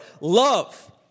love